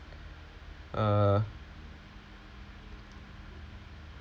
uh